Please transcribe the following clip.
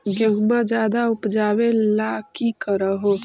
गेहुमा ज्यादा उपजाबे ला की कर हो?